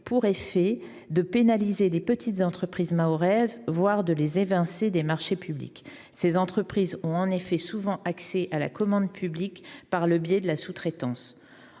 pour effet de pénaliser les petites entreprises mahoraises, voire de les évincer des marchés publics. Ces sociétés ont en effet souvent accès à la commande publique par le biais de la sous traitance.